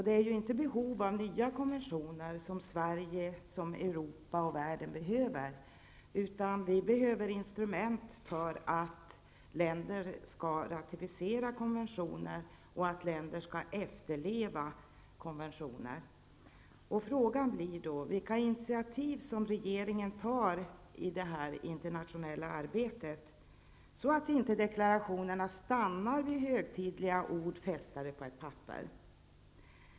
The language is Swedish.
Det är inte behov av nya konventioner som Sverige, Europa ocn världen behöver, utan det behövs instrument för att länder skall ratificera konventioner och efterleva dem. Frågan blir då vilka initiativ som regeringen tar i det internationella arbetet, så att inte deklarationerna stannar vid högtidliga ord fästade på ett papper.